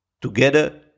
Together